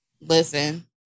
listen